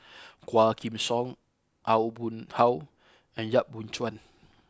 Quah Kim Song Aw Boon Haw and Yap Boon Chuan